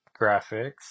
graphics